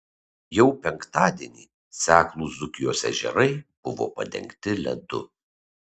jau penktadienį seklūs dzūkijos ežerai buvo padengti ledu